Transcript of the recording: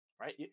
right